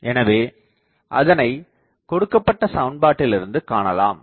எனவே அதனைக்கொடுக்கப்பட்ட சமன்பாட்டிலிருந்து காணலாம்